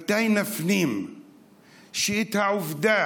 מתי נפנים את העובדה